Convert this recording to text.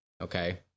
Okay